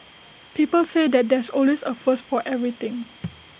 people say that there's always A first for everything